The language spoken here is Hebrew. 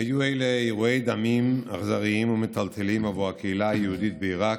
היו אלה אירועי דמים אכזריים ומטלטלים עבור הקהילה היהודית בעיראק,